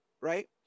right